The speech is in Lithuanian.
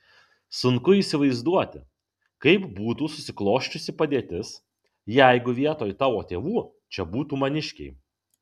sunku įsivaizduoti kaip būtų susiklosčiusi padėtis jeigu vietoj tavo tėvų čia būtų maniškiai